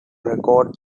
record